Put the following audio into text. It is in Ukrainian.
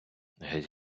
геть